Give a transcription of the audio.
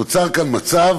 נוצר כאן מצב